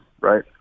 right